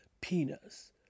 penis